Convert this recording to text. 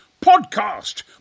podcast